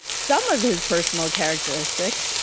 some of his personal characteristics,